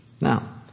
Now